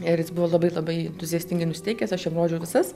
ir jis buvo labai labai entuziastingai nusiteikęs aš jam rodžiau visas